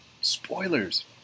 spoilers